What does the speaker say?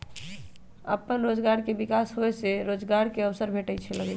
अप्पन रोजगार के विकास होय से रोजगार के अवसर भेटे लगैइ छै